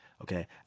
okay